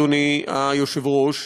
אדוני היושב-ראש,